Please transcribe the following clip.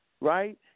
right